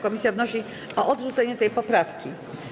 Komisja wnosi o odrzucenie tej poprawki.